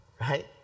right